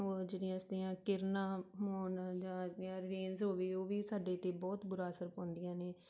ਹੋਰ ਜਿਹੜੀਆਂ ਇਸਦੀਆਂ ਕਿਰਨਾਂ ਹੋਣ ਜਾਂ ਇਸਦੀਆਂ ਰੇਂਜ ਹੋਵੇ ਉਹ ਵੀ ਸਾਡੇ 'ਤੇ ਬਹੁਤ ਬੁਰਾ ਅਸਰ ਪਾਉਂਦੀਆਂ ਨੇ